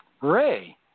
Ray